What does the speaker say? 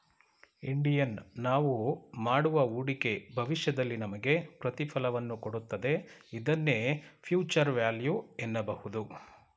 Indian ನಾವು ಮಾಡುವ ಹೂಡಿಕೆ ಭವಿಷ್ಯದಲ್ಲಿ ನಮಗೆ ಪ್ರತಿಫಲವನ್ನು ಕೊಡುತ್ತದೆ ಇದನ್ನೇ ಫ್ಯೂಚರ್ ವ್ಯಾಲ್ಯೂ ಎನ್ನಬಹುದು